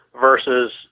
versus